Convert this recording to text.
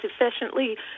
efficiently